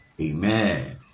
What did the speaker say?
Amen